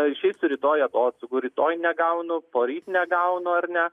išeisiu rytoj atostogų rytoj negaunu poryt negaunu ar ne